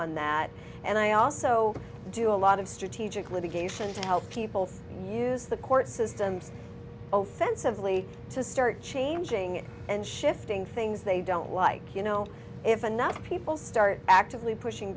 on that and i also do a lot of strategic litigation to help people use the systems sensibly to start changing and shifting things they don't like you know if enough people start actively pushing